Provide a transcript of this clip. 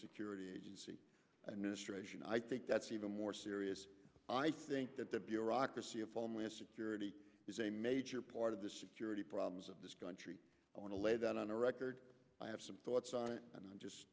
security agency ministration i think that's even more serious i think that the bureaucracy of homeland security is a major part of the security problems of this country i want to lay that on the record i have some thoughts on it and i'm just